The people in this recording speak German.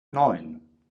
neun